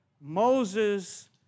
Moses